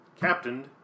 captained